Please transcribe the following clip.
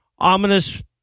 Ominous